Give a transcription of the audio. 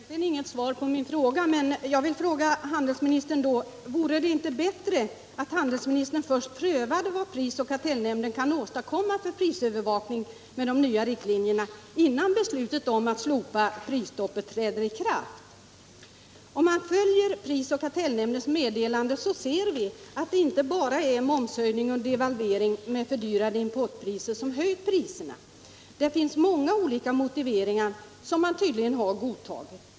Herr talman! Jag fick egentligen inget svar på min fråga, men jag vill återkomma till problemen. Vore det inte bättre att handelsministern först prövade vad prisoch kartellnämnden kan åstadkomma för prisövervakning med de nya riktlinjerna, innan beslutet om att slopa prisstoppet träder i kraft? Om man följer prisoch kartellnämndens meddelanden, ser man att det inte bara är momshöjning och devalvering med förhöjda importpriser som följd som orsakar prishöjningarna. Det finns många olika motiveringar som myndigheterna tydligen har godtagit.